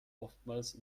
oftmals